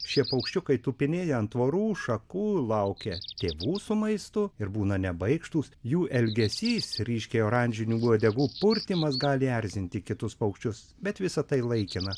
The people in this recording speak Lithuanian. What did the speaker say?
šie paukščiukai tupinėja ant tvorų šakų laukia tėvų su maistu ir būna nebaikštūs jų elgesys ryškiai oranžinių uodegų purtymas gali erzinti kitus paukščius bet visa tai laikina